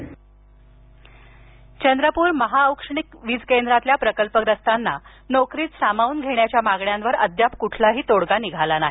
आंदोलन चंद्रपूर महाऔष्णिक वीज केंद्रातील प्रकल्पग्रस्तांना नोकरीत सामावून घेण्याच्या मागण्यांवर अद्याप कुठलाही तोडगा निघाला नाही